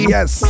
Yes